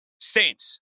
Saints